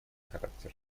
характер